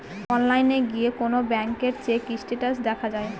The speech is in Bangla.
অনলাইনে গিয়ে কোন ব্যাঙ্কের চেক স্টেটাস দেখা যায়